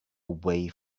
way